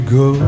go